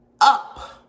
up